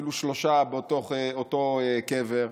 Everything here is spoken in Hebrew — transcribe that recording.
אפילו שלושה בתוך אותו קבר.